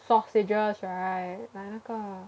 sausages right like 那个